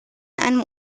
einem